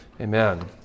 Amen